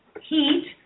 heat